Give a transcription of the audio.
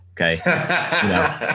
Okay